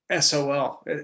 SOL